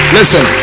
Listen